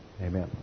Amen